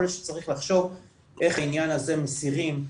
להיות שצריך לחשוב איך את העניין הזה מסירים.